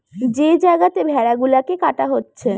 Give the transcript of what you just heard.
যে জাগাতে ভেড়া গুলাকে কাটা হচ্ছে